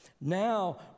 Now